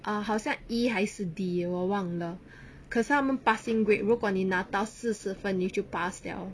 ah 好像 E 还是 D 我忘了可是他们 passing grade 如果你拿到四十分你就 pass liao